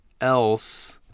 else